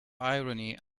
irony